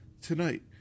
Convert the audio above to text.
tonight